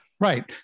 Right